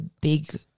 big